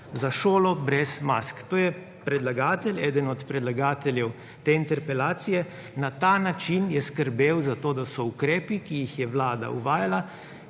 za šolo brez mask. To je eden od predlagateljev te interpelacije na ta način skrbel za to, da so ukrepi, ki jih je vlada uvajala,